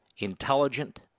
intelligent